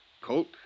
Colt